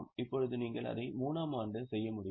இப்போது நீங்கள் அதை 3 ஆம் ஆண்டு செய்ய முடியுமா